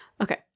Okay